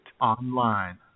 Online